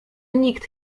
nikt